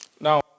Now